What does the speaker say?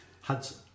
Hudson